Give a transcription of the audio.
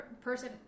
person